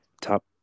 top